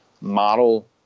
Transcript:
model